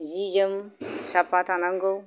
जि जोम साफा थानांगौ